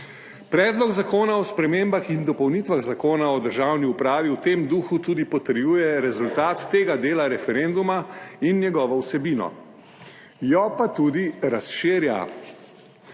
Predlog zakona o spremembah in dopolnitvah Zakona o državni upravi v tem duhu tudi potrjuje rezultat tega dela referenduma in njegovo vsebino, jo pa tudi razširja.